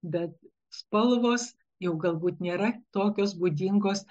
bet spalvos jau galbūt nėra tokios būdingos